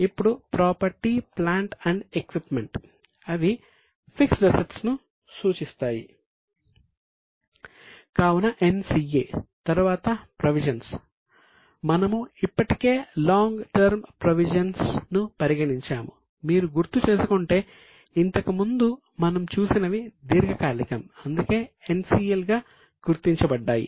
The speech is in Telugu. ఇప్పుడు ప్రాపర్టీ ప్లాంట్ అండ్ ఎక్విప్మెంట్ను పరిగణించాము మీరు గుర్తు చేసుకుంటే ఇంతకుముందు మనం చూసినవి దీర్ఘకాలికం అందుకే NCL గా గుర్తించబడ్డాయి